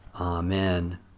Amen